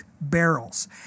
barrels